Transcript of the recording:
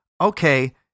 okay